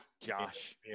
Josh